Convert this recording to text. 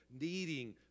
needing